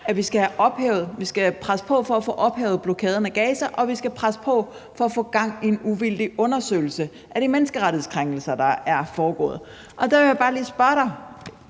at vi skal presse på for at få ophævet blokaden af Gaza, og at vi skal presse på for at få gang i en uvildig undersøgelse af de menneskerettighedskrænkelser, der er foregået. Og der vil jeg bare lige spørge dig: